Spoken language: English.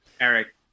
Eric